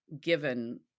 given